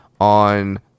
on